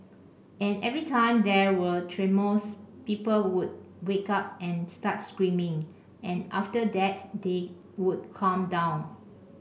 and every time there were tremors people would wake up and start screaming and after that they would calm down